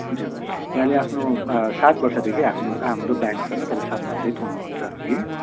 ज्यू यहाँले आफ्नो सात वर्षदेखि आफ्नो हाम्रो ब्याङ्कसँग तपाईँ सम्बन्धित हुनुहुन्छ हगी